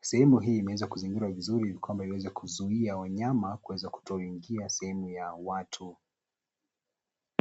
Sehemu hii imeweza kuzingirwa vizuri ili kwamba iweze kuzuia wanyama kuweza kutoingia sehemu ya watu.